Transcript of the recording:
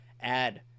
add